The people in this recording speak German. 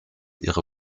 ihre